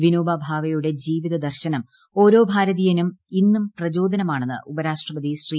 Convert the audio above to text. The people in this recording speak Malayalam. വിനോബാ ഭാവേയുടെ ജീവിതദർശനം ഓരോ ഭാരതീയനും ഇന്നും പ്രചോദനമാണെന്ന് ഉപരാഷ്ട്രപതി ശ്രീ